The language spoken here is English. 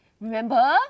Remember